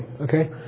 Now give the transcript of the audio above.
Okay